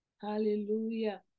Hallelujah